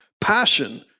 passion